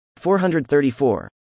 434